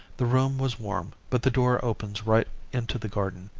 the room was warm, but the door opens right into the garden,